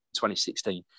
2016